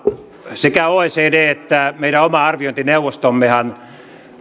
sekä oecd että meidän oma arviointineuvostommehan